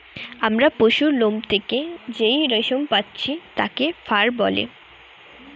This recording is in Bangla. আমরা পশুর লোম থেকে যেই রেশম পাচ্ছি তাকে ফার বলে